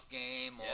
game